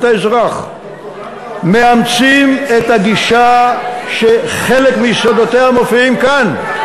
האזרח מאמצים את הגישה שחלק מיסודותיה מופיעים כאן,